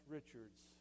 Richards